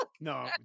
No